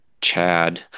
Chad